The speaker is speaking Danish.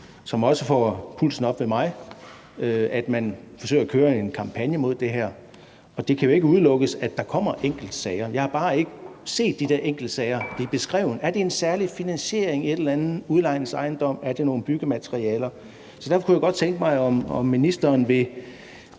som også får pulsen op hos mig, nemlig at man forsøger at køre en kampagne imod det her. Og det kan jo ikke udelukkes, at der kommer enkeltsager. Jeg har bare ikke set de der enkeltsager blive beskrevet. Er det en særlig finansiering, er det en eller anden udlejningsejendom, altså nogle byggematerialer? Så der kunne jeg godt tænke mig, om ministeren vil